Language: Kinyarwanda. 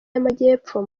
y’amajyepfo